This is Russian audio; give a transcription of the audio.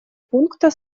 пункта